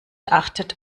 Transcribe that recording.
achtet